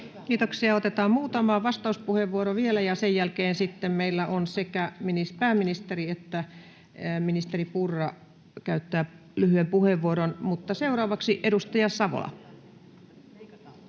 Kiitoksia. — Otetaan muutama vastauspuheenvuoro vielä, ja sen jälkeen sitten sekä pääministeri että ministeri Purra käyttävät lyhyen puheenvuoron. [Ben Zyskowicz: Toivottavasti